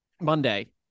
Monday